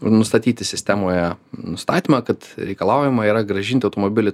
nustatyti sistemoje nustatymą kad reikalaujama yra grąžinti automobilį